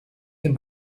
dem